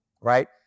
right